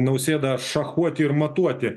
nausėda šachuoti ir matuoti